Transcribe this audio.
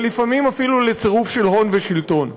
ולפעמים אפילו לצירוף של הון ושלטון.